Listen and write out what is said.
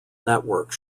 network